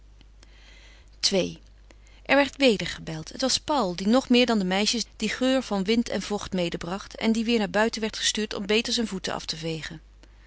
ii er werd weder gebeld het was paul die nog meer dan de meisjes dien geur van wind en vocht medebracht en die weêr naar buiten werd gestuurd om beter zijn voeten af te vegen